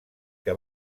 que